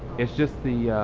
it's just the